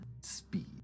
speed